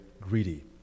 greedy